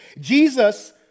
Jesus